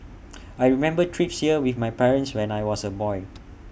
I remember trips here with my parents when I was A boy